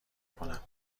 کنم